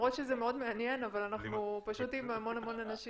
למרות שזה מאוד מעניין אבל אנחנו פשוט עם המון אנשים.